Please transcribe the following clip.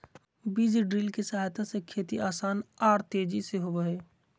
बीज ड्रिल के सहायता से खेती आसान आर तेजी से होबई हई